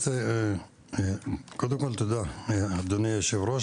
תודה אדוני היושב ראש.